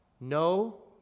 no